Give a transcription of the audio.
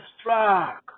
struck